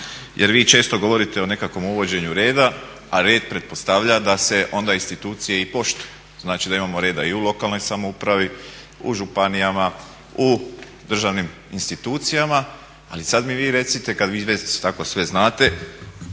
jer vi često govorite o nekakvom uvođenju reda a red pretpostavlja da se onda institucije i poštuju. Znači da imamo reda i u lokalnoj samoupravi, u županijama, u državnim institucijama. Ali sada mi vi recite, kada vi već tako sve znate,